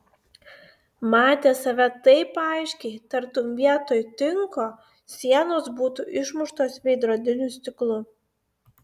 matė save taip aiškiai tartum vietoj tinko sienos būtų išmuštos veidrodiniu stiklu